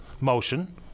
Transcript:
motion